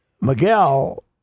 Miguel